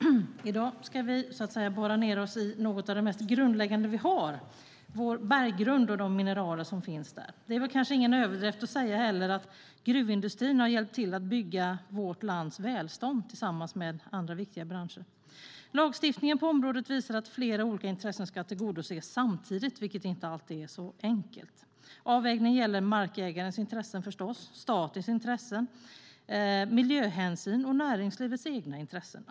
Fru talman! I dag ska vi så att säga borra ned oss i något av det mest grundläggande vi har, vår berggrund och de mineraler som finns där. Det är ingen överdrift att säga att gruvindustrin, tillsammans med andra viktiga branscher, hjälp till att bygga vårt lands välstånd. Lagstiftningen på området visar att flera olika intressen ska tillgodoses samtidigt, vilket inte alltid är enkelt. Avvägningen gäller markägarens intressen, statens intressen, miljöhänsyn och näringslivets egna intressen.